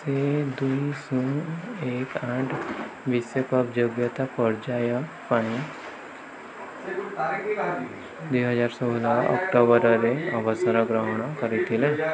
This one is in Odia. ସେ ଦୁଇ ଶୂନ ଏକ ଆଠ ବିଶ୍ୱକପ୍ ଯୋଗ୍ୟତା ପର୍ଯ୍ୟାୟ ପାଇଁ ଦୁଇହଜାର ଷୋହଳ ଅକ୍ଟୋବରରେ ଅବସର ଗ୍ରହଣ କରିଥିଲେ